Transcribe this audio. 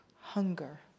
hunger